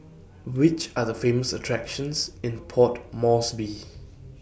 Which Are The Famous attractions in Port Moresby